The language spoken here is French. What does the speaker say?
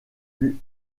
fut